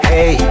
Hey